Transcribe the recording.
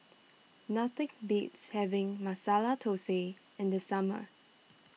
nothing beats having Masala Thosai in the summer